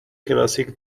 کلاسیک